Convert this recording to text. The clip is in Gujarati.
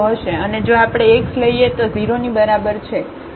અને જો આપણે x લઈએ તો 0 ની બરાબર છે